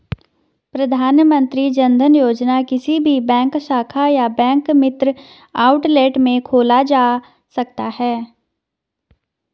प्रधानमंत्री जनधन योजना किसी भी बैंक शाखा या बैंक मित्र आउटलेट में खोला जा सकता है